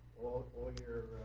all your